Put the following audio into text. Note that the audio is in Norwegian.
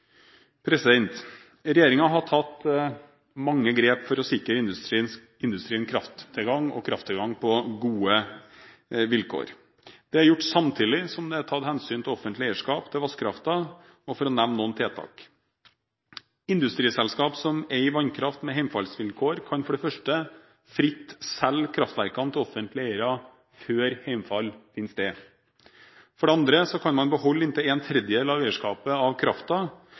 har tatt mange grep for å sikre industrien krafttilgang og krafttilgang på gode vilkår. Dette er gjort samtidig som det er tatt hensyn til offentlig eierskap til vannkraften. For å nevne noen tiltak: Industriselskaper som eier vannkraftverk med hjemfallsvilkår, kan fritt selge kraftverkene til offentlige eiere før hjemfall finner sted. Industrien kan beholde inntil ⅓ av eierskapet til kraften for